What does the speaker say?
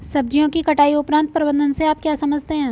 सब्जियों की कटाई उपरांत प्रबंधन से आप क्या समझते हैं?